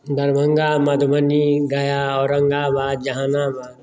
दरभङ्गा मधुबनी गया आओर औरंगाबाद जहाँनाबाद